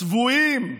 צבועים.